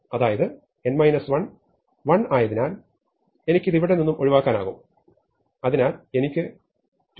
അതായത് n 1 1 ആയതിനാൽ എനിക്ക് ഇത് ഇവിടെ നിന്ന് ഒഴിവാക്കാനാകും